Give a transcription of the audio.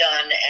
done